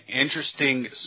interesting